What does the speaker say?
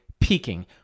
peaking